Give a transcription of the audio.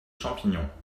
champignons